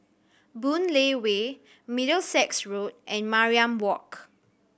Boon Lay Way Middlesex Road and Mariam Walk